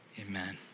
amen